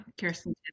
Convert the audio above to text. Kirsten